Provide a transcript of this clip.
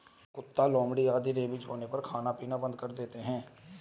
कुत्ता, लोमड़ी आदि रेबीज होने पर खाना पीना बंद कर देते हैं